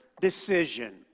decision